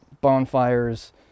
bonfires